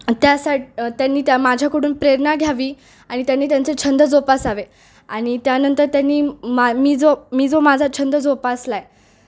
त्या साठी त्यांनी त्या माझ्याकडून प्रेरणा घ्यावी आणि त्यांनी त्यांचे छंद जोपासावे आणि त्यानंतर त्यांनी मा मी जो मी जो माझा छंद जोपासला आहे